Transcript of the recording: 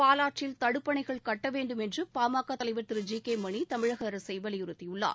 பாலாற்றில் தடுப்பணைகள் கட்டவேண்டும் என்று பா ம க தலைவர் திரு ஜி கே மணி தமிழக அரசை வலியுறுத்தி உள்ளார்